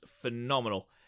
phenomenal